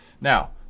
Now